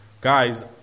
Guys